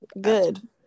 Good